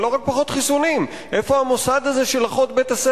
אבל לא רק פחות חיסונים: איפה המוסד הזה של אחות בית-הספר,